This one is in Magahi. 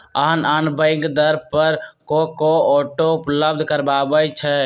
आन आन बैंक दर पर को को ऑटो उपलब्ध करबबै छईं